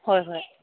ꯍꯣꯏ ꯍꯣꯏ